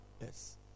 Yes